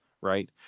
right